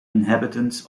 inhabitants